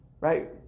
right